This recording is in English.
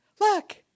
look